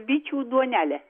bičių duonelę